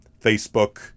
Facebook